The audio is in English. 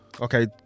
Okay